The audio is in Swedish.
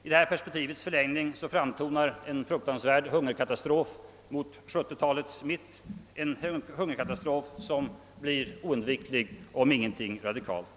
I detta perspektivs förlängning framtonar en fruktansvärd hungerkatastrof mot 1970-talets mitt, en katastrof som blir oundviklig om man inte gör något radikalt.